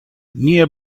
near